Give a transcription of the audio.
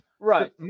Right